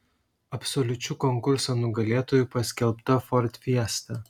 absoliučiu konkurso nugalėtoju paskelbta ford fiesta